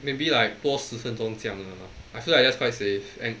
maybe like 多十分钟这样 lah I feel like that's quite safe and